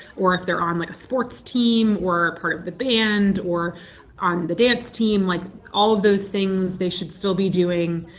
or if they're on like a sports team, or a part of the band, or on the dance team. like all of those things they should still be doing